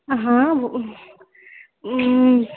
हँ